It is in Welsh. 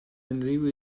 unrhyw